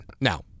Now